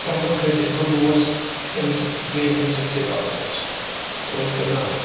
تَمہِ پَتہٕ کھٔتۍ أسۍ بہٕ دوس أمِس بیٚیہِ أمۍ سٕنٛدۍ سٕے آٹوٗوس ؤتھۍ تہٕ دراے